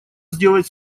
сделать